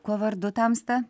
kuo vardu tamsta